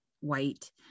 white